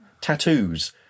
Tattoos